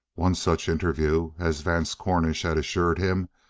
one such interview, as vance cornish had assured him,